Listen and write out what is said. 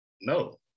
no